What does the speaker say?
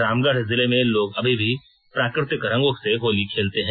रामगढ जिले में लोग अभी भी प्राकृतिक रंगों से होली खेलते हैं